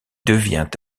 devient